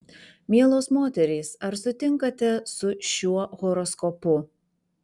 mielos moterys ar sutinkate su šiuo horoskopu